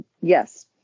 Yes